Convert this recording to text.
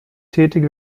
tätig